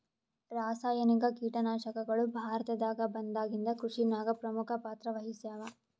ರಾಸಾಯನಿಕ ಕೀಟನಾಶಕಗಳು ಭಾರತದಾಗ ಬಂದಾಗಿಂದ ಕೃಷಿನಾಗ ಪ್ರಮುಖ ಪಾತ್ರ ವಹಿಸ್ಯಾವ